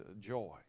joy